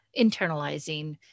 internalizing